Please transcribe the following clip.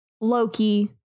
Loki